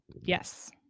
Yes